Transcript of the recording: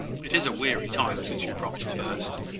it is a weary time since you promised first.